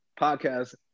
podcast